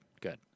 good